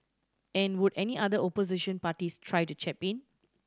and would any other opposition parties try to chap in